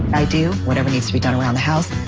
i do whatever needs to be done around the house.